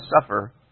suffer